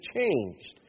changed